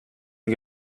can